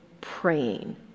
praying